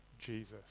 Jesus